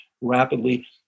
rapidly